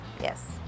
Yes